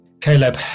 Caleb